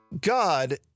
God